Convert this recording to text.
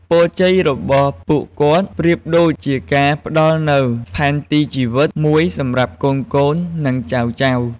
ពរជ័យរបស់ពួកគាត់ប្រៀបដូចជាការផ្តល់នូវផែនទីជីវិតមួយសម្រាប់កូនៗ និងចៅៗ។